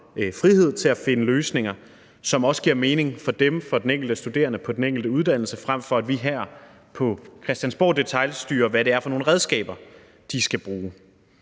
frihed til at finde løsninger, som også giver mening for dem og for den enkelte studerende på den enkelte uddannelse, frem for at vi her på Christiansborg detailstyrer, hvad det er for nogle redskaber, de skal bruge.